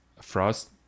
Frost